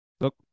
look